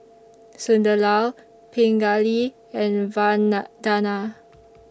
Sunderlal Pingali and